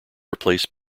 replaced